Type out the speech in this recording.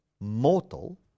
mortal